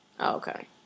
Okay